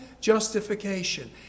justification